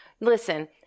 listen